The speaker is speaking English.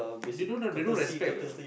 they don't have they don't respect the